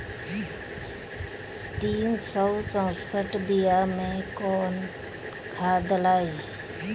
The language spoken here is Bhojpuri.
तीन सउ चउसठ बिया मे कौन खाद दलाई?